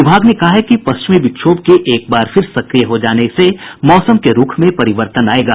विभाग ने कहा है कि पश्चिमी विक्षोभ के एक बार फिर सक्रिय हो जाने से मौसम के रूख में परिवर्तन आयेगा